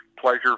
pleasure